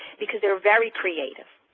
because they're very creative.